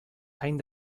any